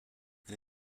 and